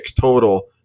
total